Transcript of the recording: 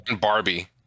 Barbie